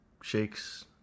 shakes